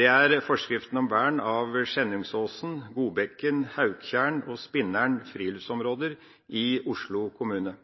er forskriftene om vern av Skjennungsåsen, Godbekken, Hauktjern og Spinneren friluftsområder i Oslo kommune.